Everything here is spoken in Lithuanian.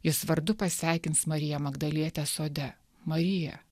jis vardu pasveikins mariją magdalietę sode marija